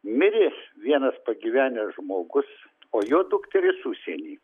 mirė vienas pagyvenęs žmogus o jo dukterys užsieny